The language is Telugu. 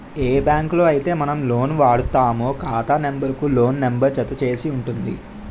ఏ బ్యాంకులో అయితే మనం లోన్ వాడుతామో ఖాతా నెంబర్ కు లోన్ నెంబర్ జత చేసి ఉంటుంది